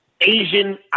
Asian